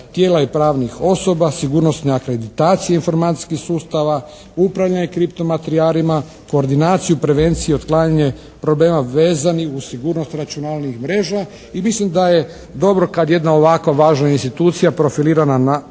tijela i pravnih osoba, sigurnosne akreditacije informacijskih sustava, upravljanje kriptomaterijalima, koordinaciju, prevenciju i otklanjanje problema vezanih uz sigurnost računalnih mreža i mislim da je dobro kad jedna ovako važna institucija profilirana na